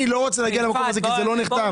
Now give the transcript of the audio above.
לא רוצה להגיע למקום הזה כי זה לא נחתם.